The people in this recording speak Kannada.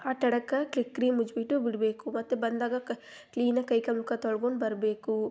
ಆಟ ಆಡಕ್ಕೆ ಕ್ರೀಮ್ ಉಜ್ಬಿಟ್ಟು ಬಿಡಬೇಕು ಮತ್ತು ಬಂದಾಗ ಕ ಕ್ಲೀನಾಗಿ ಕೈ ಕಾಲು ಮುಖ ತೊಳ್ಕೊಂಡು ಬರಬೇಕು